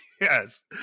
Yes